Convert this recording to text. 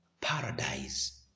paradise